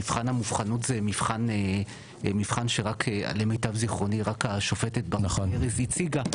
מבחן המובחנות זה מבחן שרק למיטב זכרוני רק השופטת ברק ארז הציגה,